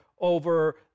over